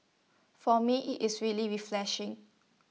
for me IT is really refreshing